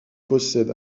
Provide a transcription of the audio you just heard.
possède